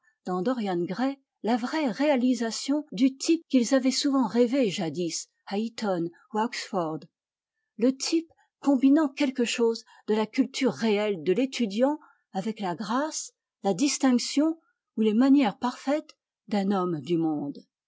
dans dorian gray la vraie réalisation du type qu'ils avaient souvent rêvé jadis à eton ou à oxford le type combinant quelque chose de la culture réelle de l'étudiant avec la grâce la distinction ou les manières parfaites d'un homme du monde